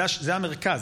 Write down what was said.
זה המרכז,